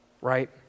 right